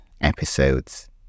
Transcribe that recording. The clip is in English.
episodes